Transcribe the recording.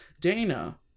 Dana